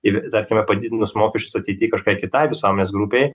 jeigu tarkime padidinus mokesčius ateity kažką kitai visuomenės grupei